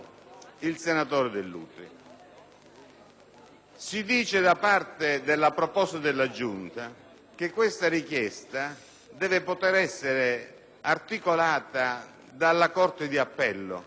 Si dice nella proposta della Giunta che questa richiesta deve poter essere articolata dalla corte d'appello. Sennonché,